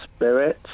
Spirit